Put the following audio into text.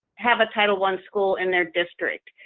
have a title one school in their district.